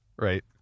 right